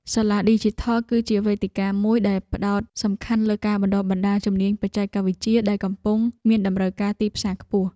សាលាឌីជីថល គឺជាវេទិកាមួយដែលផ្ដោតសំខាន់លើការបណ្ដុះបណ្ដាលជំនាញបច្ចេកវិទ្យាដែលកំពុងមានតម្រូវការទីផ្សារខ្ពស់។